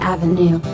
Avenue